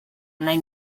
nahi